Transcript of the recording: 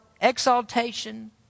exaltation